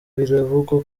biravugwa